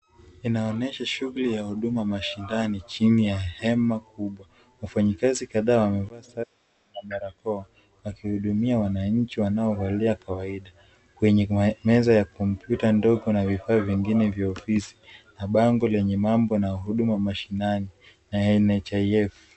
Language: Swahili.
Inaonyesha shughuli ya huduma mashindani chini ya hema kubwa, wafanyakazi kadhaa wamevaa shati ya barakoa wakihudumia wananchi wanaovalia kawaida kwenye meza ya kompyuta ndogo na vifaa vingine vya ofisi na bango lenye huduma mashinani na NHIF.